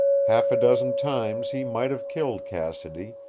half a dozen times he might have killed cassidy,